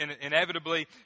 inevitably